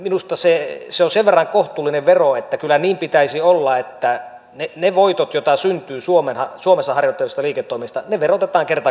minusta se on nyt sitten sen verran kohtuullinen vero että kyllä niin pitäisi olla että ne voitot joita syntyy suomessa harjoitettavista liiketoimista verotetaan kerta kaikkiaan täällä